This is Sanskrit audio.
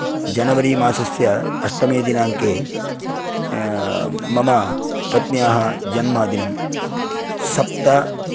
जनवरी मासस्य अष्टमे दिनाङ्के मम पत्न्याः जन्मदिनं सप्त